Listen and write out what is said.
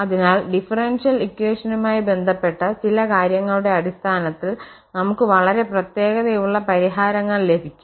അതിനാൽ ഡിഫറൻഷ്യൽ ഇക്വഷനുമായി ബന്ധപ്പെട്ട ചില കാര്യങ്ങളുടെ അടിസ്ഥാനത്തിൽ നമുക് വളരെ പ്രത്യേകതയുള്ള പരിഹാരങ്ങൾ ലഭിക്കും